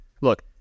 Look